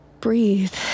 ...breathe